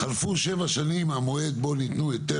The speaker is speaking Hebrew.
"חלפו שבע שנים מהמועד בו ניתנו היתר